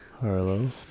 Harlow